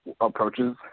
approaches